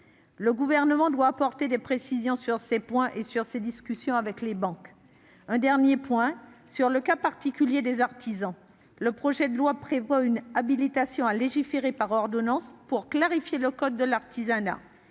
Le Gouvernement doit apporter des précisions sur ces points et nous faire part des discussions qu'il mène avec les banques. Un dernier point, sur le cas particulier des artisans : le projet de loi prévoit une habilitation à légiférer par ordonnance pour clarifier le code de l'artisanat.